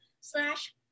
slash